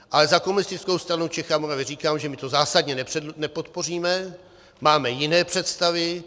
Ale za Komunistickou stranu Čech a Moravy říkám, že my to zásadně nepodpoříme, máme jiné představy.